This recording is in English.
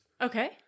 Okay